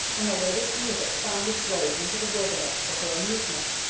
and the latest music found its way into the wilderness for her amusement.